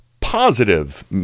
positive